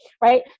right